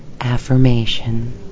affirmation